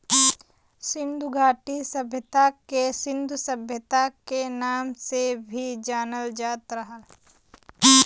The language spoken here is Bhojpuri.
सिन्धु घाटी सभ्यता के सिन्धु सभ्यता के नाम से भी जानल जात रहल